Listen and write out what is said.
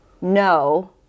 no